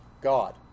God